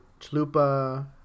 Chalupa